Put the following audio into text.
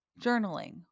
journaling